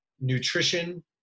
nutrition